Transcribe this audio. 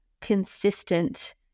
consistent